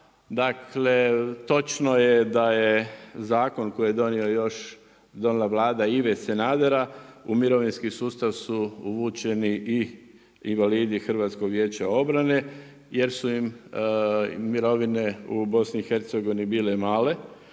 Dakle točno je da je zakon koji je donijela još Vlada Ive Sanadera, u mirovinski sustav su uvučeni i invalidi HVO-a jer su im mirovine u BiH bile male.